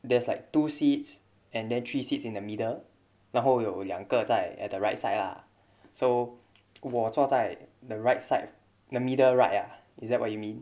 there's like two seats and then three seats in the middle 然后有两个在 at the right side lah so 我坐在 the right side the middle right ah is that what you mean